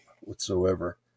whatsoever